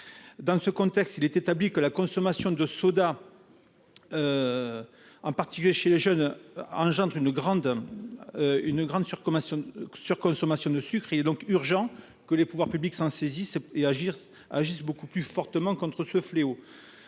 Dans ce contexte, il est établi que la consommation de sodas, en particulier chez les plus jeunes, engendre une forte surconsommation de sucre. Il est donc urgent que les pouvoirs publics se saisissent du problème et agissent beaucoup plus fortement contre ce fléau.